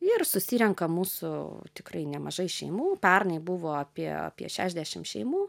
ir susirenka mūsų tikrai nemažai šeimų pernai buvo apie apie šešiasdešim šeimų